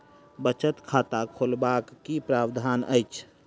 बचत खाता खोलेबाक की प्रावधान अछि?